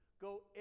go